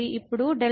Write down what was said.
ఇప్పుడు Δx0